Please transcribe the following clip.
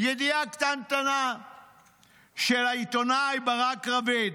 ידיעה קטנטנה של העיתונאי ברק רביד.